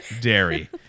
dairy